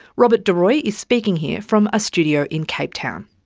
robert de rooy is speaking here from a studio in cape town.